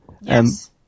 Yes